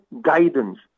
guidance